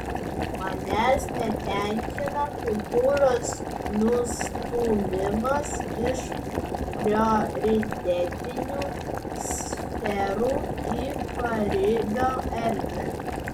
manęs netenkina kultūros nustūmimas iš prioritetinių sferų į paribio erdvę